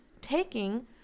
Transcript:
taking